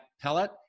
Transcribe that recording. Pellet